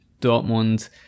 Dortmund